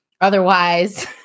otherwise